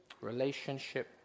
Relationship